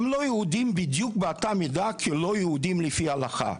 הם לא יהודים בדיוק באותה מידה כלא יהודים לפי הלכה.